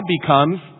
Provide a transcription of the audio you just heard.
becomes